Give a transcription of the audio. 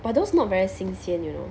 but those not very 新鲜 you know